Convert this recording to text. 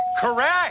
correct